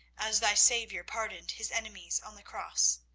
as thy saviour pardoned his enemies on the cross.